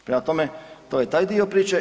Prema tome to je taj dio priče.